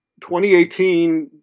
2018